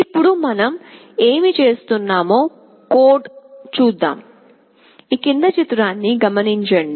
ఇప్పుడు మనం ఏమి చేస్తున్నామో కోడ్ చూద్దాం